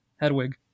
Hedwig